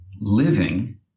living